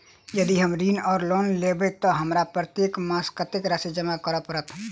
यदि हम ऋण वा लोन लेबै तऽ हमरा प्रत्येक मास कत्तेक राशि जमा करऽ पड़त?